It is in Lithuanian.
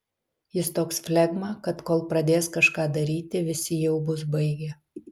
jis toks flegma kad kol pradės kažką daryti visi jau bus baigę